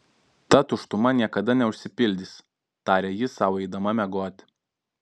ta tuštuma niekada neužsipildys tarė ji sau eidama miegoti